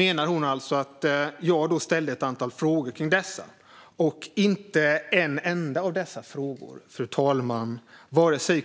Jag ställde då ett antal frågor kring dessa, fru talman, men inte en enda av dessa frågor